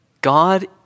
God